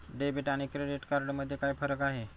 Debit आणि credit card मध्ये काय फरक आहे?